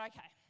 Okay